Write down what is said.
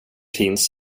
finns